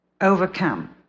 overcome